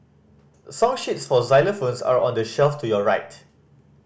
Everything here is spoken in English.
song sheets for xylophones are on the shelf to your right